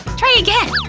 try again!